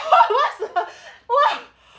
where's the !wah!